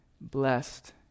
Blessed